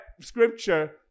scripture